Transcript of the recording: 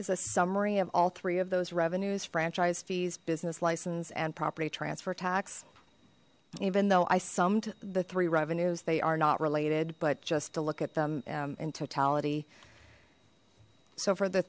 is a summary of all three of those revenues franchise fees business license and property transfer tax even though i summed the three revenues they are not related but just to look at them